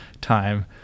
time